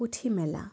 পুথিমেলা